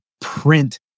print